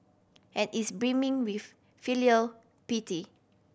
and is brimming with filial piety